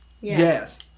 Yes